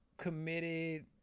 committed